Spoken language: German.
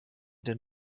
den